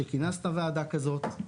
שכינסת ועדה כזאת,